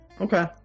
Okay